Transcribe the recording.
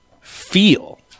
feel